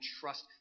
trust